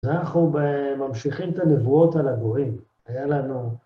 אנחנו ממשיכים את הנבואות על הגורים, היה לנו...